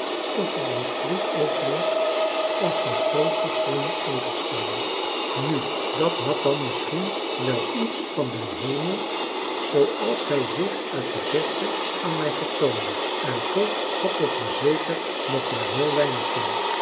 of er een gloed over lag als van groote groene edelsteenen nu dat had dan misschien wel iets van den hemel zooals hij zich uit de verte aan mij vertoonde en toch had het er zeker nog maar heel weinig van